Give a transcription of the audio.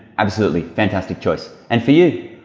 absolutely fantastic choice, and for you?